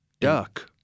Duck